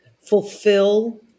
fulfill